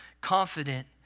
Confident